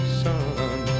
sun